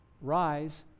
rise